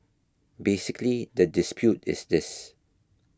basically the dispute is this